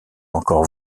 encore